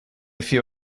few